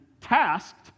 tasked